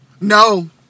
no